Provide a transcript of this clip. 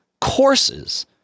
courses